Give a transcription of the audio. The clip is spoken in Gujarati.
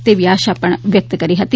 તેવી આશા વ્યક્ત કરી હતી